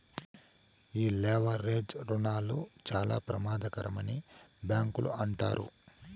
ఈ లెవరేజ్ రుణాలు చాలా ప్రమాదకరమని బ్యాంకులు అంటారు